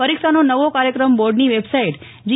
પરીક્ષાનો નવો કાર્યક્રમ બોર્ડની વેબસાઇટ જી